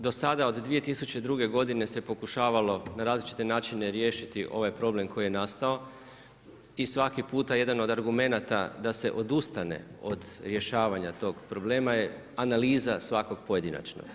Dakle, do sada od 2002. godine se pokušavalo na različite načine riješiti ovaj problem koji je nastao, i svaki puta jedan od argumenata da se odustane od rješavanje tog problema je analiza svakog pojedinačno.